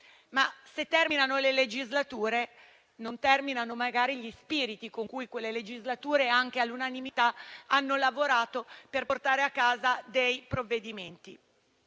Ma se terminano le legislature non terminano anche gli spiriti con cui i parlamentari di quelle legislature, anche all'unanimità, hanno lavorato per portare a casa dei provvedimenti.